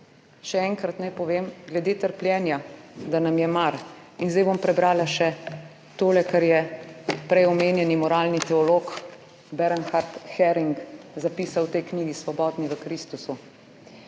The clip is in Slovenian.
še enkrat naj povem, glede trpljenja, da nam je mar. In zdaj bom prebrala še to, kar je prej omenjeni moralni teolog Bernhard Häring zapisal v tej knjigi Svobodni v Kristusu: